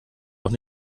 doch